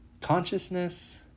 Consciousness